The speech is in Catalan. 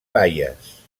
baies